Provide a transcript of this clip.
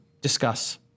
discuss